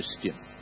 Christian